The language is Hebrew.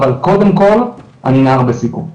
אבל קודם כל אני נער בסיכון,